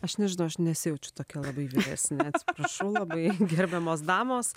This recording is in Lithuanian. aš nežinau aš nesijaučiu tokia labai vyresnė atsiprašau labai gerbiamos damos